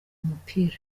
umupira